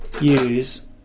use